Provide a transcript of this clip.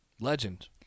Legend